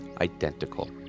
identical